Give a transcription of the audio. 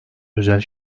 özel